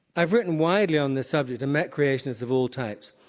i've written widely on this subject and met creationists of all types.